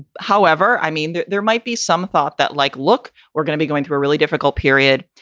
however. i mean, there there might be some thought that, like, look, we're going to be going through a really difficult period.